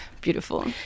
beautiful